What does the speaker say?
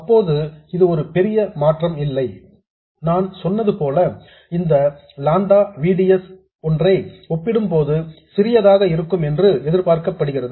அப்போது இது ஒரு பெரிய மாற்றம் இல்லை நான் சொன்னது போல இந்த லாம்டா V D S ஒன்றை ஒப்பிடும்போது சிறியதாக இருக்கும் என்று எதிர்பார்க்கப்படுகிறது